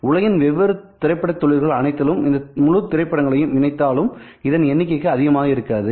உலகின் வெவ்வேறு திரைப்படத் தொழில்கள் அனைத்திலும் உள்ள முழு திரைப்படங்களையும் இணைத்தாலும் இதன் எண்ணிக்கைக்கு அதிகமாக இருக்காது